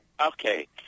okay